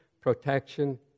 protection